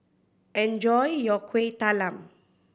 enjoy your Kueh Talam